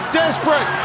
desperate